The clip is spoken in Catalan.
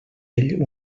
ell